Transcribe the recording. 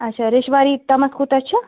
اچھا ریٚشوارِی تام کوٗتاہ چھُ